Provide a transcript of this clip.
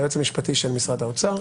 ליועץ המשפטי של משרד האוצר,